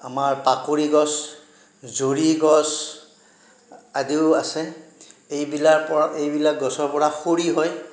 আমাৰ পাকৰি গছ জৰি গছ আদিও আছে এইবিলাৰ পৰ এইবিলাক গছৰ পৰা খৰি হয়